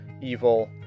evil